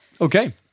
Okay